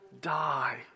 die